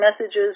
messages